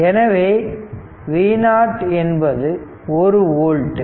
எனவே V0 என்பது 1 volt